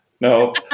no